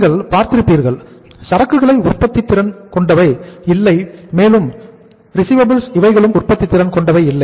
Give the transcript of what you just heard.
நீங்கள் பார்த்திருப்பீர்கள் சரக்குகளை உற்பத்தி திறன் கொண்டவை இல்லை மேலும் ரிசிவபில்ஸ் இவைகளும் உற்பத்தித் திறன் கொண்டவை இல்லை